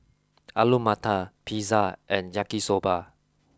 Alu Matar Pizza and Yaki soba